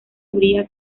habría